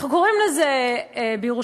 אנחנו קוראים לזה בירושלים,